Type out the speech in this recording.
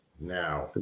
Now